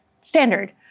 standard